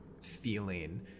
feeling